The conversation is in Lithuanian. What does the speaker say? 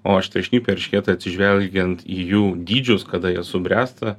o aštriašnipiai eršketai atsižvelgiant į jų dydžius kada jie subręsta